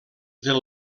del